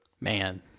Man